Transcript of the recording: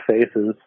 faces